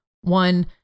one